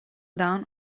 down